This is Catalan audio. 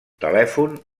telèfon